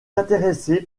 intéressés